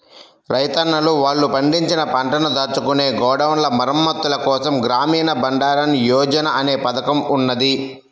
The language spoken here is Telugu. రైతన్నలు వాళ్ళు పండించిన పంటను దాచుకునే గోడౌన్ల మరమ్మత్తుల కోసం గ్రామీణ బండారన్ యోజన అనే పథకం ఉన్నది